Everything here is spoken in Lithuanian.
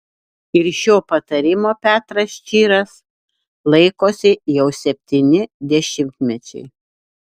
ir šio patarimo petras čyras laikosi jau septyni dešimtmečiai